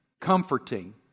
comforting